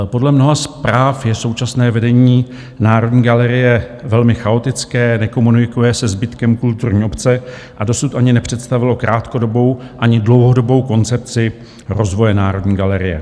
Podle mnoha zpráv je současné vedení Národní galerie velmi chaotické, nekomunikuje se zbytkem kulturní obce a dosud ani nepředstavilo krátkodobou ani dlouhodobou koncepci rozvoje Národní galerie.